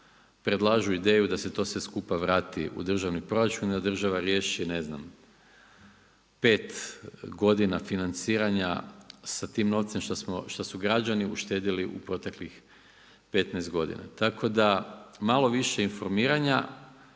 predlažu ideju da se to sve skupa vrati u državni proračun, da država riješi ne znam 5 godina financiranja sa tim novcem što su građani uštedjeli u proteklih 15 godina. Tako da malo više informiranja,